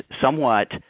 somewhat